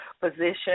position